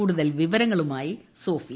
കൂടുതൽ വിവരങ്ങളുമയി സോഫിയ